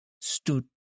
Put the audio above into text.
stood